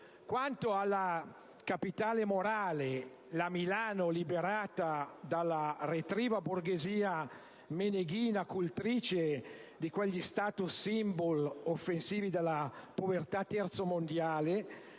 Quanto alla capitale morale, la Milano liberata dalla retriva borghesia meneghina, cultrice di quegli *status symbol* offensivi della povertà terzomondiale,